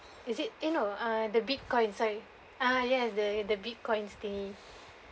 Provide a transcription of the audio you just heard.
is it eh no uh the Bitcoin sorry ah yes the the Bitcoins thingy